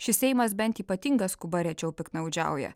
šis seimas bent ypatinga skuba rečiau piktnaudžiauja